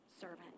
servant